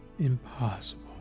impossible